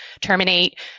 terminate